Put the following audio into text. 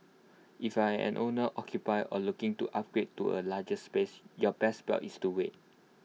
if I am an owner occupier or looking to upgrade to A larger space your best bet is to wait